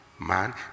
Man